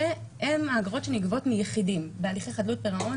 שהן האגרות שנגבות מיחידי בהליכי חדלות פירעון